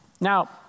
Now